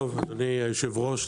אדוני היושב-ראש,